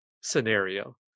scenario